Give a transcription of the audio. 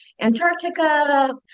Antarctica